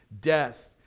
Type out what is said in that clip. death